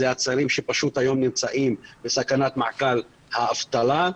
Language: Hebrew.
אלה הצעירים שנמצאים בסכנת מעגל האבטלה,